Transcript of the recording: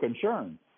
concern